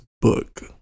book